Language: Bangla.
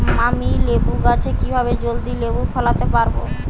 আমি লেবু গাছে কিভাবে জলদি লেবু ফলাতে পরাবো?